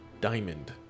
diamond